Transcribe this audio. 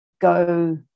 go